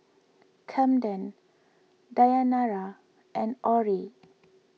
Kamden Dayanara and Orrie